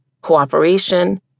cooperation